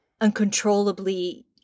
uncontrollably